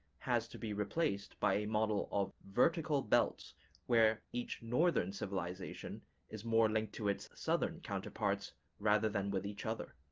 has to be replaced by a model of vertical belts where each northern civilization is more linked to its southern counterparts rather than with each other.